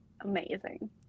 amazing